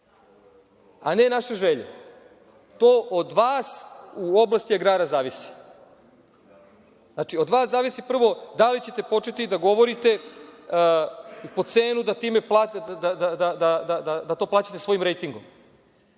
a ne naše želje. To od vas u oblasti agrara zavisi. Znači, od vas zavisi prvo da li ćete početi da govorite po cenu da to plaćate svojim rejtingom.U